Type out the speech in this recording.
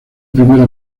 primera